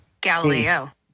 Galileo